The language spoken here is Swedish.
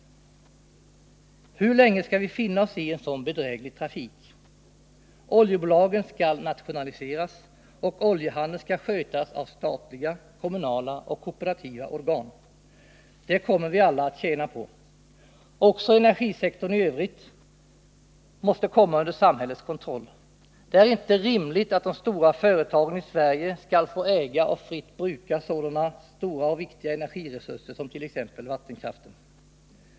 Hur länge skall vi finna oss i en sådan bedräglig trafik? Oljebolagen måste nationaliseras, och oljehandeln måste skötas av statliga, kommunala och kooperativa organ. Det kommer vi alla att tjäna på. Också energisektorn i övrigt måste komma under samhällets kontroll. Det är inte rimligt att de stora företagen i Sverige skall få äga och fritt bruka sådana viktiga energiresurser som t.ex. vattenkraften.